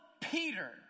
Peter